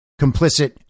complicit